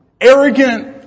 arrogant